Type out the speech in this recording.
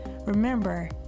Remember